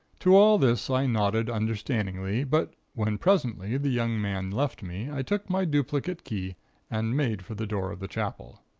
to all this i nodded understandingly but when, presently, the young man left me i took my duplicate key and made for the door of the chapel.